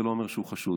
זה לא אומר שהוא חשוד.